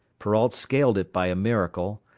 perrault scaled it by a miracle,